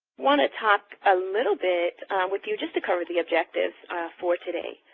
want to talk a little bit with you just to cover the objectives for today.